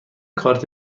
کارت